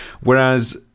whereas